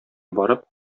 барып